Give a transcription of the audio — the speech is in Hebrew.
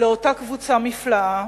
לאותה קבוצה נפלאה